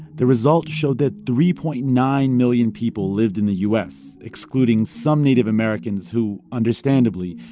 the results showed that three point nine million people lived in the u s, excluding some native americans who, understandably,